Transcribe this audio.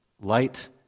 light